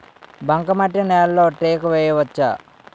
బంకమట్టి నేలలో టేకు వేయవచ్చా?